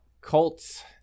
Colts